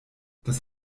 das